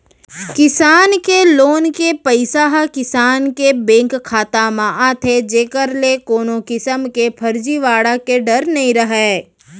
किसान के लोन के पइसा ह किसान के बेंक खाता म आथे जेकर ले कोनो किसम के फरजीवाड़ा के डर नइ रहय